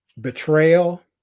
betrayal